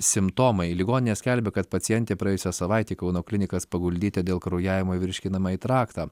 simptomai ligoninė skelbia kad pacientė praėjusią savaitę į kauno klinikas paguldyta dėl kraujavimo į virškinamąjį traktą